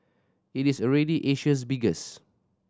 it is already Asia's biggest